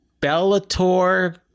Bellator